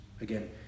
Again